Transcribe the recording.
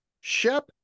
Shep